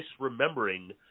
misremembering